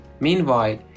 Meanwhile